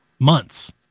Months